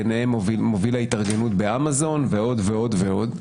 ביניהם מובילי התארגנות ב"אמזון" ועוד ועוד ועוד.